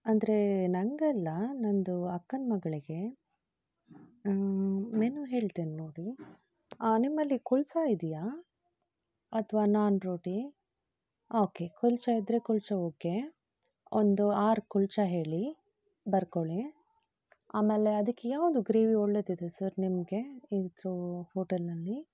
ಅಂದರೆ ನನಗಲ್ಲ ನನ್ನದು ಅಕ್ಕನ ಮಗಳಿಗೆ ಮೆನು ಹೇಳ್ತನಿ ನೋಡಿ ನಿಮ್ಮಲ್ಲಿ ಕುಲ್ಸಾ ಇದಿಯಾ ಅಥವಾ ನಾನ್ ರೋಟಿ ಓಕೆ ಕುಲ್ಸ ಇದ್ದರೆ ಕುಲ್ಚ ಓಕೆ ಒಂದು ಆರು ಕುಲ್ಚಾ ಹೇಳಿ ಬರ್ಕೊಳ್ಳಿ ಆಮೇಲೆ ಅದಕ್ಕೆ ಯಾವುದು ಗ್ರೇವಿ ಒಳ್ಳೆಯದಿದೆ ಸರ್ ನಿಮಗೆ ಇದ್ದರೂ ಹೋಟೆಲ್ನಲ್ಲಿ